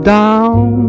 down